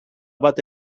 bat